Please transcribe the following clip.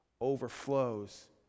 overflows